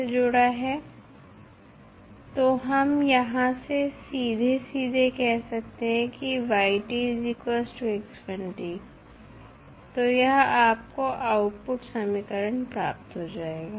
से जुड़ा है तो हम यहाँ से सीधे सीधे कह सकते हैं कि तो यह आपको आउटपुट समीकरण प्राप्त हो जाएगा